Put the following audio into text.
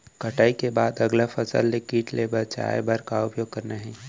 कटाई के बाद अगला फसल ले किट ले बचाए बर का उपाय करना हे?